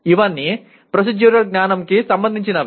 ఇవన్నీ ప్రోసీడ్యురల్ జ్ఞానంకి సంబంధించినవి